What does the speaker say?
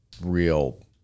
real